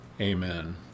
Amen